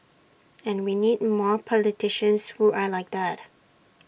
and we need more politicians who are like that